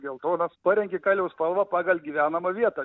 geltona paregi kailio spalvą pagal gyvenamą vietą